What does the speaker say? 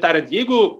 tariant jeigu